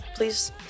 Please